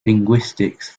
linguistics